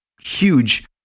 huge